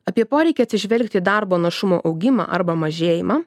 apie poreikį atsižvelgti į darbo našumo augimą arba mažėjimą